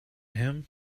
him